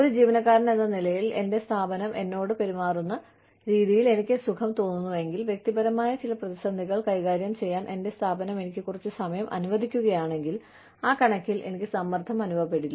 ഒരു ജീവനക്കാരൻ എന്ന നിലയിൽ എന്റെ സ്ഥാപനം എന്നോട് പെരുമാറുന്ന രീതിയിൽ എനിക്ക് സുഖം തോന്നുന്നുവെങ്കിൽ വ്യക്തിപരമായ ചില പ്രതിസന്ധികൾ കൈകാര്യം ചെയ്യാൻ എന്റെ സ്ഥാപനം എനിക്ക് കുറച്ച് സമയം അനുവദിക്കുകയാണെങ്കിൽ ആ കണക്കിൽ എനിക്ക് സമ്മർദ്ദം അനുഭവപ്പെടില്ല